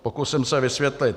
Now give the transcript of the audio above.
Pokusím se vysvětlit.